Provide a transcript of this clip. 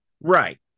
right